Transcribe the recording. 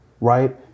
Right